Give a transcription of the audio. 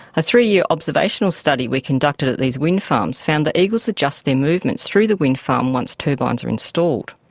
a three-year observational study we conducted at these wind farms found that eagles adjust their movements through the wind farm once turbines are installed.